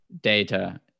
data